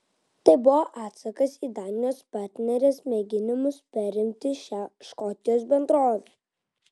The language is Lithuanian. tai buvo atsakas į danijos partnerės mėginimus perimti šią škotijos bendrovę